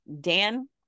Dan